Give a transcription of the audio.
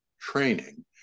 training